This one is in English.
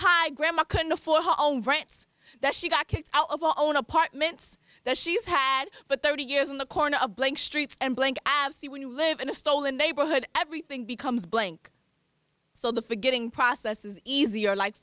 high grandma couldn't afford her own rants that she got kicked out of her own apartments that she's had but thirty years in the corner of blank street and blank i have see when you live in a stolen neighborhood everything becomes blank so the forgetting process is easier like